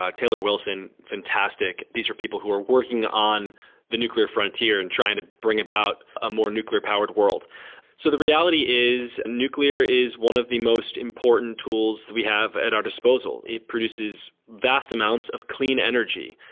taylor wilson fantastic. these are people who are working on the nuclear frontier and trying to bring about a more nuclear powered world so the reality is nuclear is one of the most important tools we have at our disposal. it produces vast amounts of clean energy.